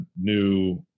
new